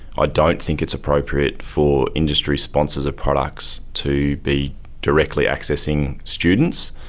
ah don't think it's appropriate for industry sponsors of products to be directly accessing students,